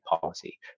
policy